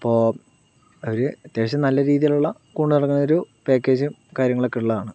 ഇപ്പോൾ അവർ അത്യാവശ്യം നല്ല രീതിയിലുള്ള കൊണ്ട് നടക്കുന്ന ഒരു പാക്കേജും കാര്യങ്ങളൊക്കെ ഉള്ളതാണ്